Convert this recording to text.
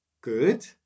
good